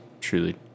truly